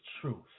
truth